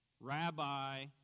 Rabbi